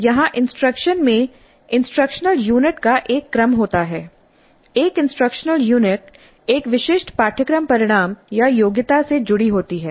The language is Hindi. यहां इंस्ट्रक्शन में इंस्ट्रक्शनल यूनिट का एक क्रम होता है एक इंस्ट्रक्शनल यूनिट एक विशिष्ट पाठ्यक्रम परिणाम या योग्यता से जुड़ी होती है